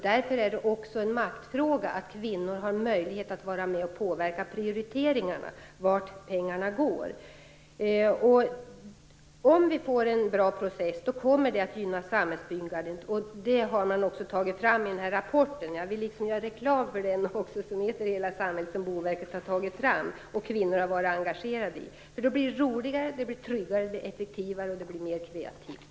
Därför är det också en maktfråga att kvinnor får möjlighet att vara med och påverka prioriteringarna, vart pengarna går. Om vi får en bra process kommer det att gynna samhällsbyggandet, och det har man också tagit fram i rapporten. Jag vill gärna göra reklam för den här rapporten, Hela samhället, som Boverket tagit fram och kvinnor varit engagerade i. Då blir det roligare, tryggare, effektivare och mer kreativt.